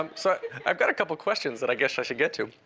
um so i've got a couple of questions that i guess i should get to.